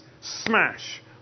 smash